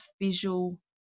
visual